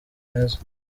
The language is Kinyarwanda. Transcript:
meza